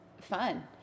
fun